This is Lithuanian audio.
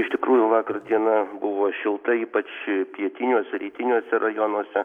iš tikrųjų vakar diena buvo šilta ypač pietiniuose rytiniuose rajonuose